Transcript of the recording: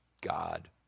God